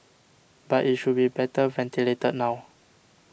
but it should be better ventilated now